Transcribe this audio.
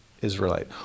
Israelite